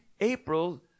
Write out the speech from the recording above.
April